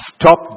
Stop